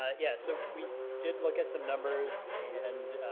yeah, so we did look at some numbers, and